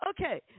okay